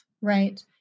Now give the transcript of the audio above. right